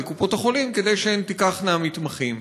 לקופות-החולים כדי שהן תיקחנה מתמחים.